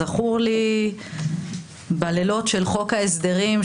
זכור לי בלילות של חוק ההסדרים,